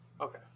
Okay